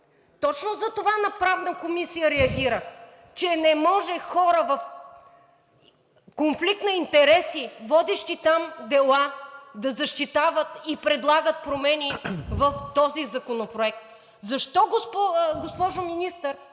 Точно затова на Правната комисия реагирах, че не може хора в конфликт на интереси, водещи там дела, да защитават и предлагат промени в този законопроект. Защо, госпожо Министър,